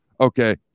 Okay